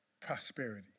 prosperity